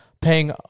paying